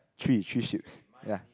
three three sheep's ya